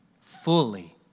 fully